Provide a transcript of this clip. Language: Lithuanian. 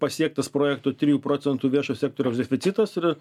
pasiektas projekto trijų procentų viešojo sektoriaus deficitas ir